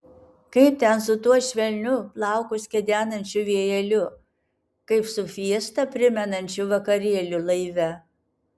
kaip ten su tuo švelniu plaukus kedenančiu vėjeliu kaip su fiestą primenančiu vakarėliu laive